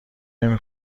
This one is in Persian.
نمی